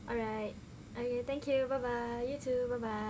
alright okay thank you bye bye you too bye bye